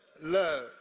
love